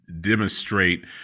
demonstrate